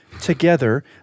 together